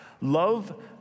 Love